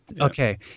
Okay